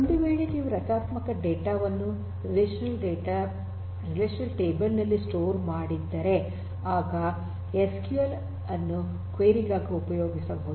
ಒಂದುವೇಳೆ ನೀವು ರಚನಾತ್ಮಕ ಡೇಟಾ ವನ್ನು ರಿಲೇಶನಲ್ ಟೇಬಲ್ ನಲ್ಲಿ ಸ್ಟೋರ್ ಮಾಡಿದ್ದರೆ ಆಗ ಎಸ್ಕ್ಯೂಎಲ್ ಅನ್ನು ಕ್ವೆರಿ ಗಾಗಿ ಉಪಯೋಗಿಸಬಹುದು